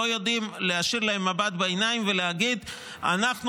לא יודע להישיר להם מבט בעיניים ולהגיד: אנחנו